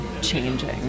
changing